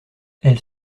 elle